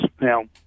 Now